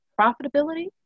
profitability